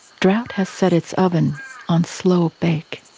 drought has set its oven on slow bake.